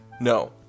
No